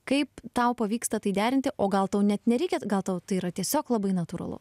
kaip tau pavyksta tai derinti o gal tau net nereikia gal tau tai yra tiesiog labai natūralu